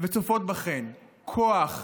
וצופות בכן כוח,